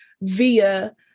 via